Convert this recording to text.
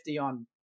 on